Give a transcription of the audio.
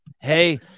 Hey